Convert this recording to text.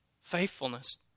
Faithfulness